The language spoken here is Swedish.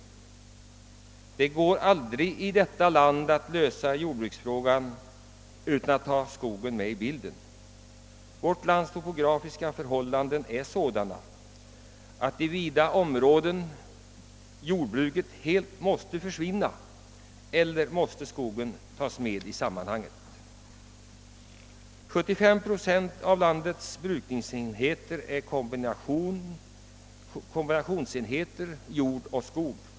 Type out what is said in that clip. Det går aldrig att lösa jordbruks frågan i detta land utan att ta skogen med i bilden. Vårt lands topografiska förhållanden är sådana att jordbruket i vida områden helt måste försvinna om inte skogen tas med i sammanhanget. 75 procent av landets brukningsenheter är kombinationsenheter jord och skog.